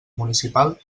municipal